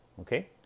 Okay